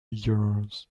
years